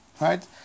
right